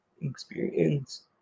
experience